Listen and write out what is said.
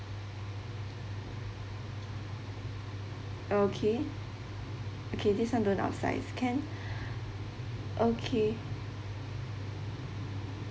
okay okay this one don't upsize can okay